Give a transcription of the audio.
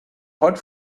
hot